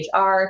HR